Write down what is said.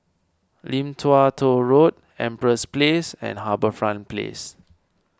Lim Tua Tow Road Empress Place and HarbourFront Place